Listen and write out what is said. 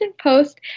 Post